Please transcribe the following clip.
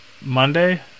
Monday